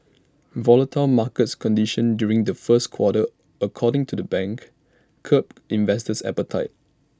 volatile markets conditions during the first quarter according to the bank curbed investors appetite